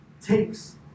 takes